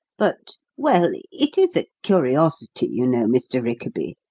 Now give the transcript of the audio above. but well, it is a curiosity, you know, mr. rickaby.